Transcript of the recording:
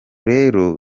rero